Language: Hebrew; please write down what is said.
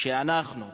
שאנחנו מוכנים,